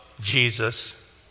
Jesus